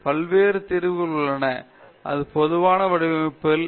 பல்வேறு தீர்வுகள் உள்ளன அது பொதுவாக வடிவமைப்பில் என்ன நடக்கிறது